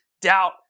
doubt